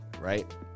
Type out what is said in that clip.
right